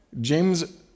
James